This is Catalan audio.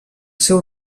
seu